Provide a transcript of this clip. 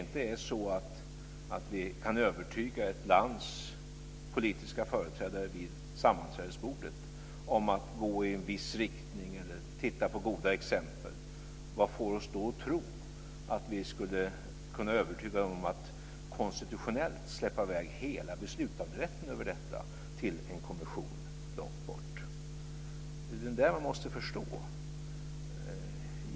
Om vi inte kan övertyga ett lands politiska företrädare vid sammanträdesbordet om att gå i en viss riktning eller titta på goda exempel, vad får oss då att tro att vi skulle kunna övertyga dem om att konstitutionellt släppa i väg hela beslutanderätten över detta till en kommission långt borta? Detta måste man förstå.